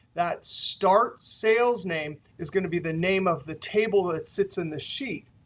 that start sales name is going to be the name of the table that sits in the sheet.